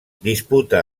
disputa